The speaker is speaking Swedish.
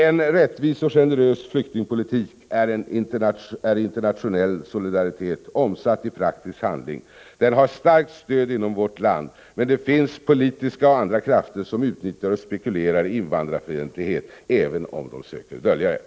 En rättvis och generös flyktingpolitik är internationell solidaritet omsatt i praktisk handling. Den har starkt stöd inom vårt land. Men det finns politiska och andra krafter som utnyttjar och spekulerar i invandraroch flyktingfientlighet, även om de söker dölja detta.